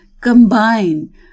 combine